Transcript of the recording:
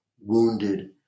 wounded